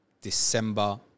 December